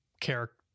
character